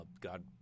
God